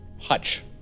hutch